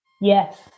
yes